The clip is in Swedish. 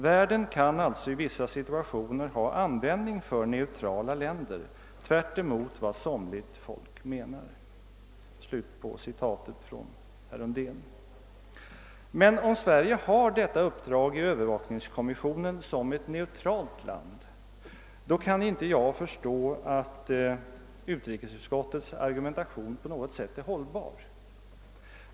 Världen kan alltså i vissa situationer ha användning för neutrala länder, tvärt emot vad somligt folk menar.» Om Sverige har detta uppdrag i övervakningskommissionen som ett neutralt land, kan jag inte förstå att utrikesutskottets argumentation på något sätt är hållbar.